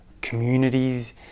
communities